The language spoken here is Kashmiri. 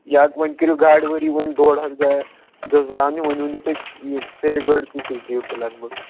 یا وۅنۍ کٔرِو گاڑِ وٲلی ووٚن ڈۅڈ ہَتھ گنٛزراونہِ وۅنۍ ؤنِو تُہۍ یہِ سیرِ گٲڑۍ کۭتِس دِیِو تُہۍ لگ بگ